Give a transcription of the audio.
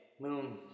Moon